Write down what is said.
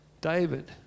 David